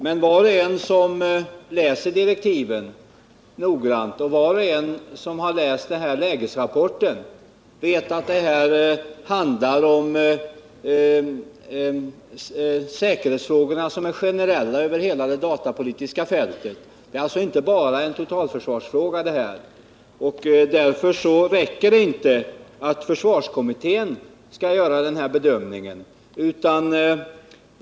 Men var och en som noggrant har läst direktiven och lägesrapporten vet att det handlar om säkerhetsfrågor, som är generella över hela det datapolitiska fältet. Det är alltså inte bara en totalförsvarsfråga det rör sig om. Därför räcker det inte med att försvarskommittén skall göra denna bedömning.